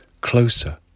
closer